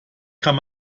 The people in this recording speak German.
kann